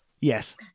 Yes